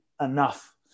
enough